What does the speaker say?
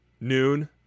noon